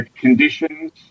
conditions